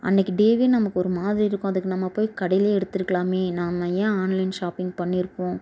அன்றைக்கு டேவே நமக்கு ஒரு மாதிரி இருக்கும் அதுக்கு நம்ம போய் கடையிலேயே எடுத்திருக்கலாமே நாம் ஏன் ஆன்லைன் ஷாப்பிங் பண்ணியிருக்கோம்